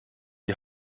die